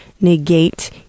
negate